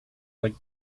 like